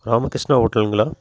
ராமகிருஷ்ணா ஹோட்டலுங்களா